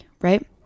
right